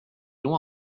loin